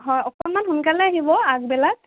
হয় অকণমান সোনকালে আহিব আগবেলা